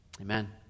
Amen